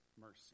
mercy